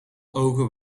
ogen